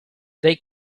they